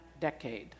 decade